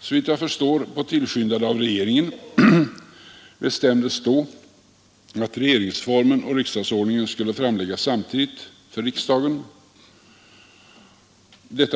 Såvitt jag förstår på tillskyndan av regeringen, bestämdes då att regeringsformen och riksdagsordningen skulle framläggas samtidigt för riksdagen,